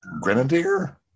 Grenadier